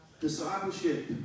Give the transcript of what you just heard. Discipleship